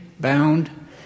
bound